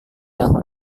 tahu